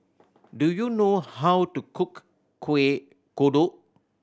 do you know how to cook Kueh Kodok